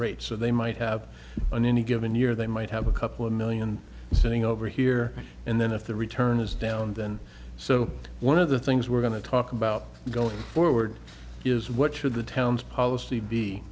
rate so they might have on any given year they might have a couple of million sitting over here and then if the return is down then so one of the things we're going to talk about going forward is what should the town's policy be